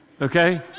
Okay